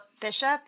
Bishop